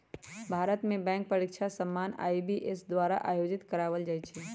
भारत में बैंक परीकछा सामान्य आई.बी.पी.एस द्वारा आयोजित करवायल जाइ छइ